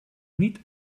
niet